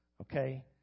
Okay